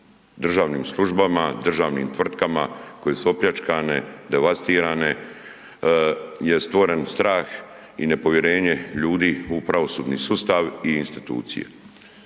državnim službama, državnim tvrtkama koje su opljačkane, devastirane je stvoren strah i nepovjerenje ljudi u pravosudni sustav i institucije.